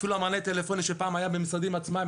אפילו המענה הטלפוני שפעם היה במשרדים עצמם,